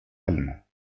alma